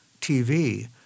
TV